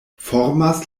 formas